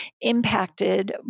impacted